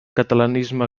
catalanisme